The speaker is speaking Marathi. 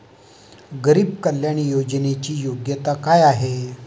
गरीब कल्याण योजनेची योग्यता काय आहे?